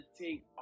take